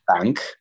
bank